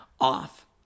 off